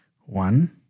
one